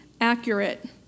accurate